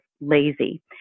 lazy